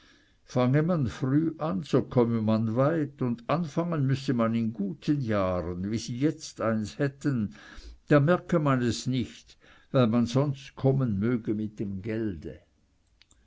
man frühe an so komme man weit und anfangen müsse man in guten jahren wie sie jetzt eines hätten da merke man es nicht weil man sonst kommen möge mit dem gelde